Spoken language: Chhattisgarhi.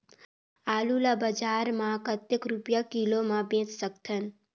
आलू ला बजार मां कतेक रुपिया किलोग्राम म बेच सकथन?